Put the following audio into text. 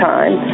Time